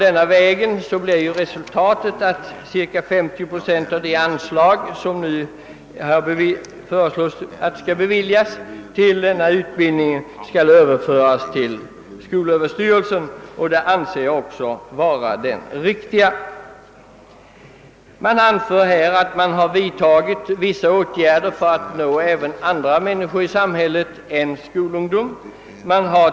— En följd av att utbildningen överflyttas på skolöverstyrelsen blir att 50 procent av det anslag, som nu föreslås bli beviljat, överförs till skolöverstyrelsen. Detta är helt riktigt. Det anförs att vissa åtgärder vidtas för att nå även andra grupper i samhället än skolungdomen.